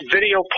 Video